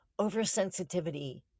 oversensitivity